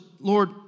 Lord